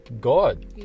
God